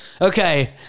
Okay